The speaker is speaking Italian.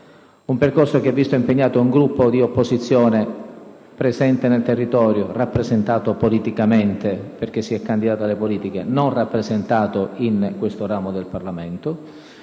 Un percorso che ha visto impegnato un Gruppo di opposizione presente nel territorio, rappresentato politicamente (perché si è candidato alle elezioni politiche), ma non rappresentato in questo ramo del Parlamento.